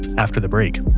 after the break